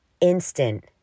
instant